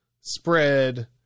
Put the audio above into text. spread